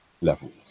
levels